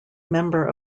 member